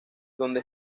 donde